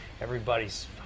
everybody's